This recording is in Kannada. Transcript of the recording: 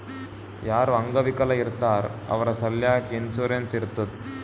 ಯಾರು ಅಂಗವಿಕಲ ಇರ್ತಾರ್ ಅವ್ರ ಸಲ್ಯಾಕ್ ಇನ್ಸೂರೆನ್ಸ್ ಇರ್ತುದ್